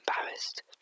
embarrassed